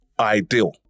ideal